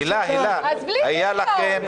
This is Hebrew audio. הילה, היה לכם,